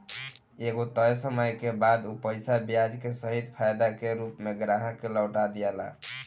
एगो तय समय के बाद उ पईसा के ब्याज के सहित फायदा के रूप में ग्राहक के लौटा दियाला